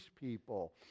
people